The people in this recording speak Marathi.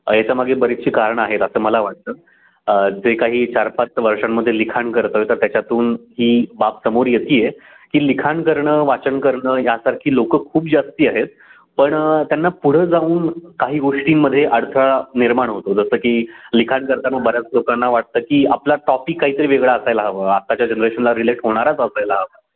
याच्यामागे बरीचशी कारण आहेत असं मला वाटतं जे काही चार पाच वर्षांमध्ये लिखाण करतो आहे तर त्याच्यातून ही बाब समोर येते आहे की लिखाण करणं वाचन करणं यासारखी लोकं खूप जास्त आहेत पण त्यांना पुढं जाऊन काही गोष्टींमध्ये अडथळा निर्माण होतो जसं की लिखाण करताना बऱ्याच लोकांना वाटतं की आपला टॉपिक काहीतरी वेगळा असायला हवं आताच्या जनरेशनला रिलेट होणाराच असायला हवं